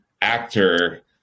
actor